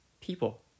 people